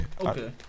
Okay